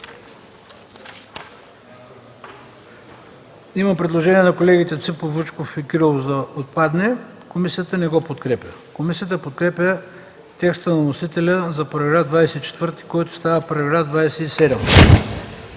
Има предложение на колегите Ципов, Вучков и Кирилов за неговото отпадане. Комисията не го подкрепя. Комисията подкрепя текста на вносителя за § 13, който става § 15.